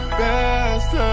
best